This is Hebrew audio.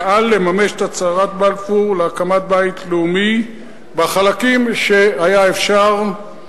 פעל לממש את הצהרת בלפור להקמת בית לאומי בחלקים שהיה אפשר,